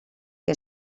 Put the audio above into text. que